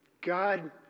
God